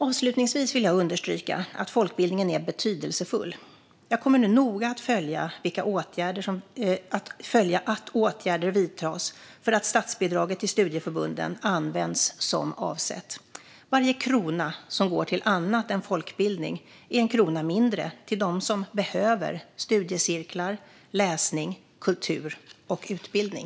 Avslutningsvis vill jag understryka att folkbildningen är betydelsefull. Jag kommer nu att noga följa att åtgärder vidtas för att statsbidraget till studieförbunden ska användas som avsett. Varje krona som går till annat än folkbildning är en krona mindre till dem som behöver studiecirklar, läsning, kultur och utbildning.